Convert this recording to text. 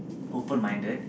open minded